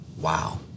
Wow